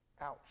Ouch